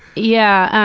yeah,